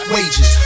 Wages